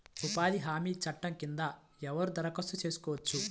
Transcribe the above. ఉపాధి హామీ చట్టం కింద ఎవరు దరఖాస్తు చేసుకోవచ్చు?